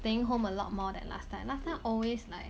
staying home a lot more than last time last time always like